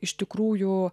iš tikrųjų